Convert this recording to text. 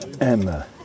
Emma